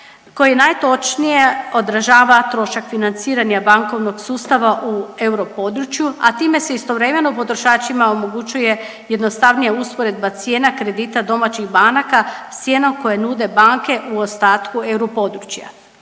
koji najtočnije odražava trošak financiranja bankovnog sustava u europodručju, a time se istovremeno potrošačima omogućuje jednostavnija usporedba cijena kredita domaćih banaka s cijenom koje nude banke u ostatku europodručja.